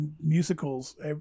musicals